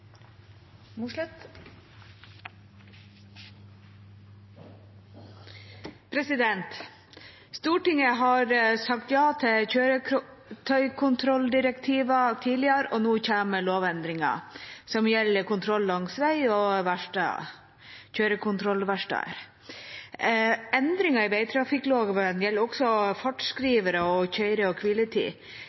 utan endringar. Stortinget har sagt ja til kjøretøykontrolldirektiver tidligere, og nå kommer lovendringer som gjelder kontroll langs vei og av kjøretøyverksteder. Endringene i vegtrafikkloven gjelder også fartsskrivere og kjøre- og